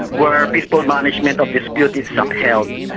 where peaceful management of disputes is upheld.